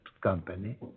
company